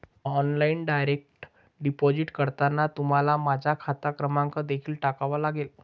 online direct deposit करताना तुम्हाला माझा खाते क्रमांक देखील टाकावा लागेल